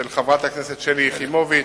של חברת הכנסת שלי יחימוביץ,